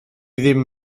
ddim